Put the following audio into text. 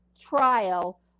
trial